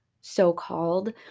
so-called